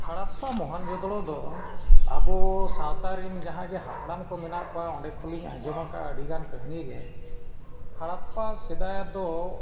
ᱦᱚᱨᱚᱯᱯᱟ ᱢᱚᱦᱮᱱᱡᱳ ᱫᱟᱲᱳ ᱫᱚ ᱟᱵᱚ ᱥᱟᱶᱛᱟ ᱨᱮᱱ ᱡᱟᱦᱟᱸ ᱜᱮ ᱦᱟᱯᱲᱟᱢ ᱠᱚ ᱢᱮᱱᱟᱜ ᱠᱚᱣᱟ ᱚᱸᱰᱮ ᱠᱷᱚᱱ ᱞᱤᱧ ᱟᱸᱡᱚᱢ ᱟᱠᱟᱜᱼᱟ ᱟᱹᱰᱤ ᱜᱟᱱ ᱠᱟᱹᱦᱱᱤ ᱜᱮ ᱦᱚᱨᱚᱯᱯᱟ ᱥᱮᱫᱟᱭ ᱫᱚ